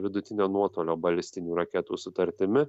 vidutinio nuotolio balistinių raketų sutartimi